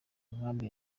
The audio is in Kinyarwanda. nkambi